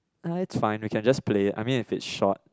uh it's fine we can just play I mean if it's short